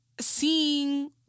seeing